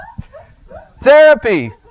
Therapy